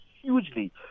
hugely